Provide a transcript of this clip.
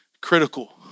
Critical